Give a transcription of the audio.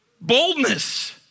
Boldness